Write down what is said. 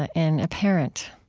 and a parent?